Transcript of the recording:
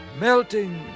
melting